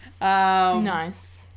nice